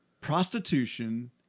prostitution